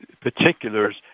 particulars